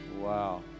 wow